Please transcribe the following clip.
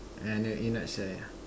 and I know you not shy ah